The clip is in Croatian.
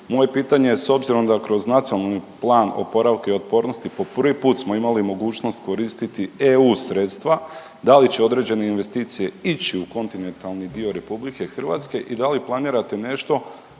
moje pitanje je s obzirom da kroz Nacionalni plan oporavka i otpornosti po prvi put smo imali mogućnost koristiti EU sredstva da li će određene investicije ići u kontinentalni dio RH i da li planirate nešto